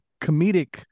comedic